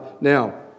Now